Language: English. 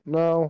no